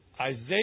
Isaiah